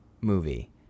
movie